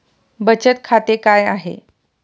बचत खाते काय आहे?